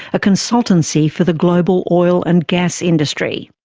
a consultancy for the global oil and gas industry.